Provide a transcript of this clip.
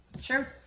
Sure